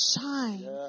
shine